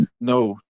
No